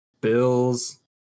Bills